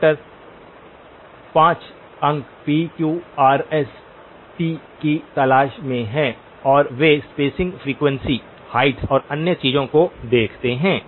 doctor 5 अंक P Q R S T की तलाश में हैं और वे स्पेसिंग फ़्रीक्वेंसी हाइट्स और अन्य चीज़ों को देखते हैं